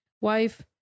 wife